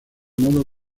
modo